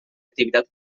activitat